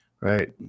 right